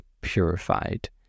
purified